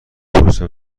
پرسیدم